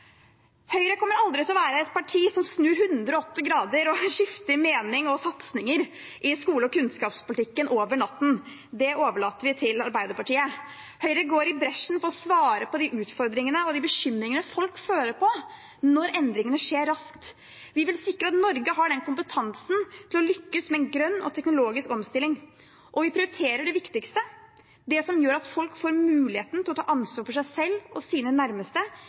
Høyre kommer aldri til å være et parti som snur 180 grader og skifter mening og satsinger i skole- og kunnskapspolitikken over natten. Det overlater vi til Arbeiderpartiet. Høyre går i bresjen med å svare på de utfordringene og bekymringene folk føler på når endringene skjer raskt. Vi vil sikre at Norge har kompetanse til å lykkes med en grønn og teknologisk omstilling, og vi prioriterer det viktigste: det som gjør at folk får muligheten til å ta ansvar for seg selv og sine nærmeste